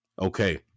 Okay